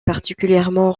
particulièrement